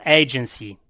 agency